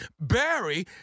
Barry